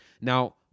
Now